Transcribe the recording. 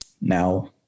now